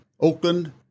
Oakland